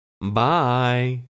Bye